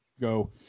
go